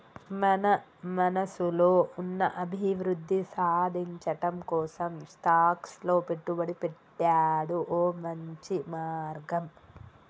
మన మనసులో ఉన్న అభివృద్ధి సాధించటం కోసం స్టాక్స్ లో పెట్టుబడి పెట్టాడు ఓ మంచి మార్గం